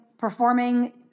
performing